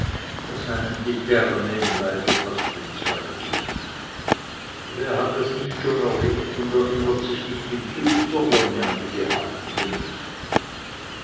die därme im leibe fast entzwei gehen wer hat das nicht schon erlebt und erinnert sich nicht in süßer wonne an die gehabten genüsse